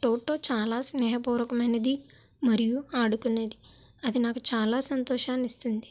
toto చాలా స్నేహపూర్వకమైనది మరియు ఆడుకునేది అది నాకు చాలా సంతోషాన్ని ఇస్తుంది